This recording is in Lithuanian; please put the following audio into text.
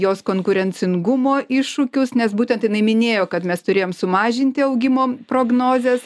jos konkurencingumo iššūkius nes būtent jinai minėjo kad mes turėjom sumažinti augimo prognozes